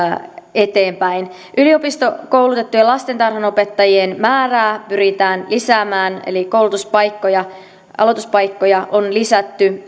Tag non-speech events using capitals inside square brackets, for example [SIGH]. eteenpäin yliopistokoulutettujen lastentarhanopettajien määrää pyritään lisäämään eli koulutuspaikkoja aloituspaikkoja on lisätty [UNINTELLIGIBLE]